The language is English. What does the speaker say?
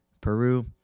Peru